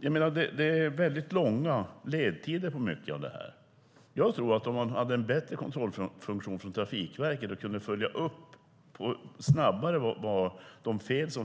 Det är långa ledtider på mycket av det här. Jag tror att det vore bra om man hade en bättre kontrollfunktion från Trafikverket och snabbare kunde följa upp de fel som